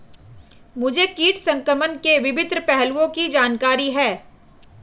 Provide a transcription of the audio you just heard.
मुझे कीट संक्रमण के विभिन्न पहलुओं की जानकारी है